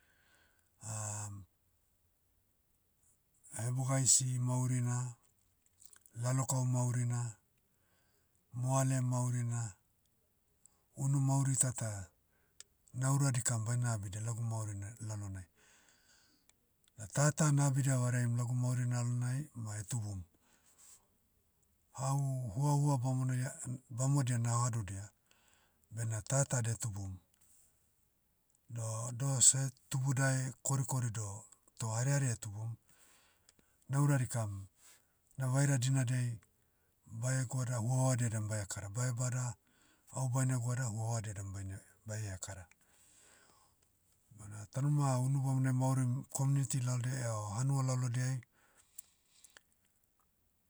ahebogaisi maurina, lalokau maurina, moale maurina, unu mauri tata, naura dikam baina abidia lagu mauri na- lalonai. Da tata nabidia vareaim lagu mauri nalonai ma etubum. Au, huahua bamonai- ah- bamodia nahadodia, bena tata detubum. Doh- doh seh tubudae korikori doh- toh hariari etubum, naura dikam, na vaira dinadei, bae goada huauadia dan bae kara. Bae bada, vao baine goada huauadia dan baine- bae hekara. Bena taunima unu bamona emaurim, community laldiai o, hanua lalodiai,